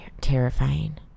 Terrifying